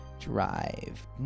Drive